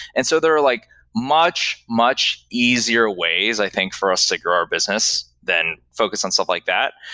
and so there are like much, much easier ways i think for us to grow our business than focus on stuff like that.